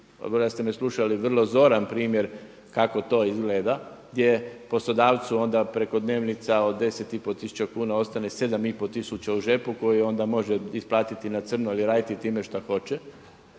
da ste me slušali vrlo zoran primjer kako to izgleda gdje poslodavcu onda preko dnevnica od 10 i pol tisuća kuna ostane 7 i pol tisuća u džepu koji onda može isplatiti na crno ili raditi time što hoće.